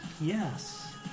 Yes